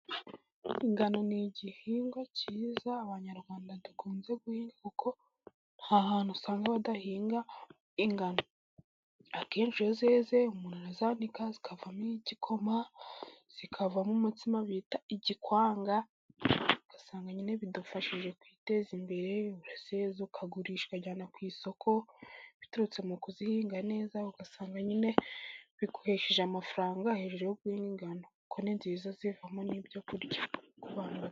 Ingano ni igihingwa cyiza Abanyarwanda dukunze guhinga, kuko nta hantu usanga badahinga ingano, akenshi iyo zeze umuntu arazanika zikavamo igikoma zikavamo umutsima bita igikwanga, ugasanga nyine bidufasha kwiteza imbere, urazeza ukagurisha ukajyana ku isoko, biturutse mu kuzihinga neza, ugasanga nyine biguhesheje amafaranga hejuru yo guhinga ingano kuko ni nziza zivamo n'ibyo kurya.